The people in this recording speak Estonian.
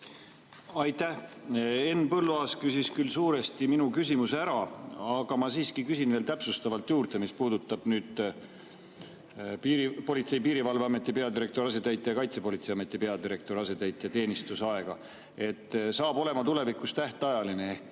Aitäh! Henn Põlluaas küsis küll suuresti mu küsimuse ära, aga ma siiski küsin veel täpsustavalt juurde. Küsimus puudutab Politsei‑ ja Piirivalveameti peadirektori asetäitja ja Kaitsepolitseiameti peadirektori asetäitja teenistusaega. See saab olema tulevikus tähtajaline ehk